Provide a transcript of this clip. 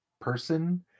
person